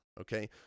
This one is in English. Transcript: Okay